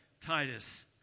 Titus